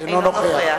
אינו נוכח